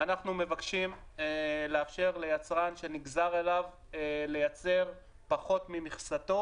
אנחנו מבקשים לאפשר ליצרן שנגזר עליו לייצר פחות ממכסתו